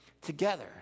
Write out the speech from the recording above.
together